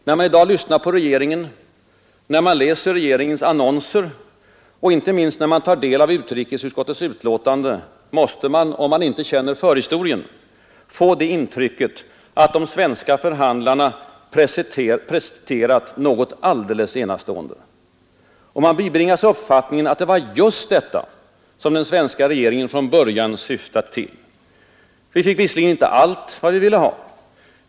När man i dag lyssnar på regeringen, när man läser dess annonser och inte minst när man tar del av utrikesutskottets utlåtande, måste man — om man inte känner förhistorien — få det intrycket, att de svenska förhandlarna presterat något alldeles enastående. Och man bibringas uppfattningen, att det var just detta som den svenska regeringen från början syftat till. Vi fick visserligen inte allt vi ville ha.